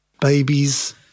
babies